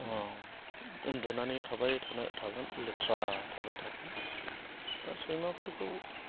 उन्दुनानै थाबाय थागोन लेथ्रा थाबाय थागोन दा सैमाफोरखौ